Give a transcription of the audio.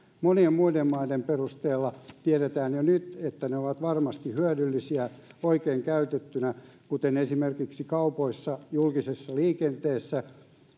monien muiden maiden perusteella tiedetään jo nyt että ne ovat varmasti hyödyllisiä oikein käytettyinä kuten esimerkiksi kaupoissa ja julkisessa liikenteessä